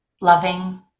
loving